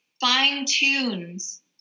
fine-tunes